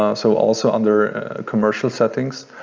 um so also under commercial settings